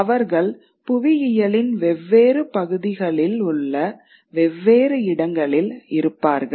அவர்கள் புவியியலின் வெவ்வேறு பகுதிகளில் உள்ள வெவ்வேறு இடங்களில் இருப்பார்கள்